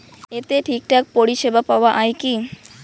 এতে ঠিকঠাক পরিষেবা পাওয়া য়ায় কি?